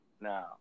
Now